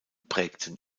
prägten